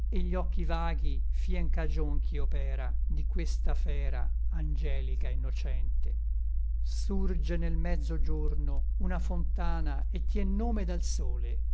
et gli occhi vaghi fien cagion ch'io pèra di questa fera angelica innocente surge nel mezzo giorno una fontana e tien nome dal sole